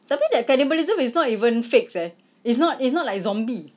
tapi that cannibalism is not even fake seh it's not it's not like zombie